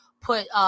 put